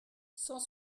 cent